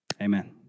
Amen